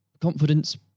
confidence